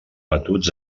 batuts